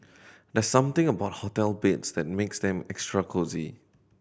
there's something about hotel beds that makes them extra cosy